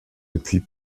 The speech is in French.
depuis